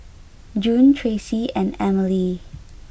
June Tracy and Emilee